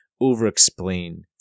over-explain